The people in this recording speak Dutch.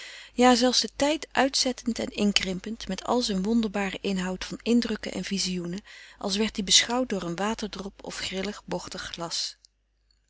ja zelfs den tijd uitzettend en inkrimpend met al zijn wonderbaren inhoud van indrukken en visioenen als werd die beschouwd door een waterdrop of grillig bochtig glas